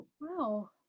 Wow